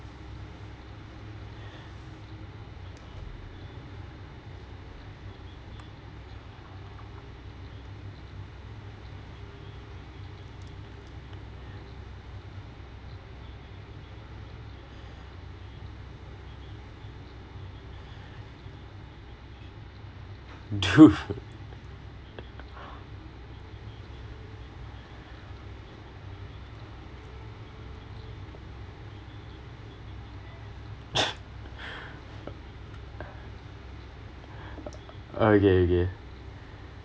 truth okay okay